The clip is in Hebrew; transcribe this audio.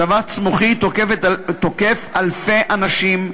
שבץ מוחי תוקף אלפי אנשים,